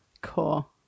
Cool